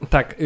Tak